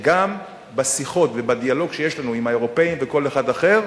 שגם בשיחות ובדיאלוג שיש לנו עם האירופים וכל אחד אחר,